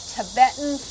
Tibetan